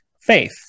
faith